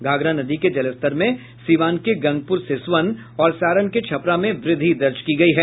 घाघरा नदी के जलस्तर में सीवान के गंगपुर सिसवन और सारण के छपरा में व्रद्धि दर्ज की गयी है